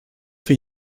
für